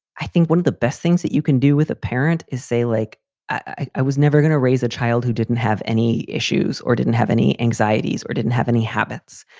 i think one of the best things that you can do with a parent is say like i was never going to raise a child who didn't have any issues or didn't have any anxieties or didn't have any habits.